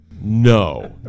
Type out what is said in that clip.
No